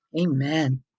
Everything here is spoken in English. Amen